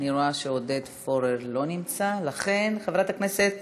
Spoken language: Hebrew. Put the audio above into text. אני רואה שעודד פורר לא נמצא, לכן, חברת הכנסת